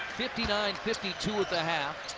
fifty nine fifty two at the half.